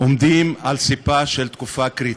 עומדים על סִפה של תקופה קריטית.